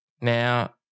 Now